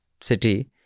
City